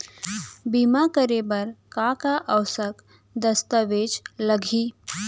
बीमा करे बर का का आवश्यक दस्तावेज लागही